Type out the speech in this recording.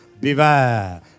beware